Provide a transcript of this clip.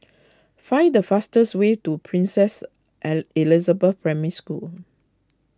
find the fastest way to Princess Ai Elizabeth Primary School